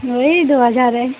वही दो हजार है